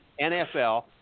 NFL